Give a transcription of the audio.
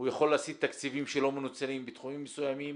הוא יכול להסית תקציבים שלא מנוצלים בתחומים מסוימים